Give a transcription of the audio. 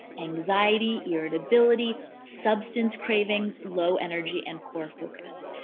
anxiety, irritability substance cravings, low energy and poor focus.